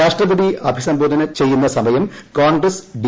രാഷ്ട്രപതി അഭിസംബോധന ചെയ്യുന്ന സമയം കോൺഗ്രസ് ഡി